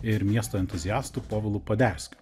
ir miesto entuziastų povilu poderskiu